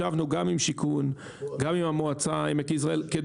אנחנו ישבנו גם עם המועצה האזורית עמק יזרעאל וגם עם שיכון כדי